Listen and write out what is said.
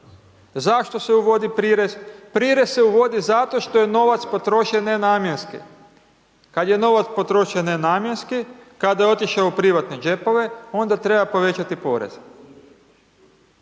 Zašto se uvodi prirez? Prirez se uvodi zato što je novac potrošen nenamjenski, kad je novac potrošen nenamjenski, kada je otišao u privatne džepove, onda treba povećati poreze,